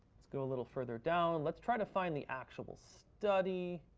let's go a little further down. let's try to find the actual study.